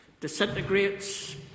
disintegrates